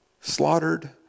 slaughtered